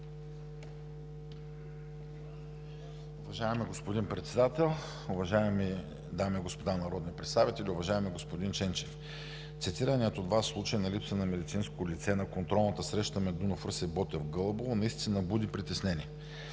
Уважаеми господин Председател, уважаеми дами и господа народни представители! Уважаеми господин Ченчев, цитираният от Вас случай на липса на медицинско лице на контролната среща на „Дунав – Русе“, и „Ботев – Гълъбово“, наистина буди притеснение.